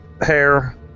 hair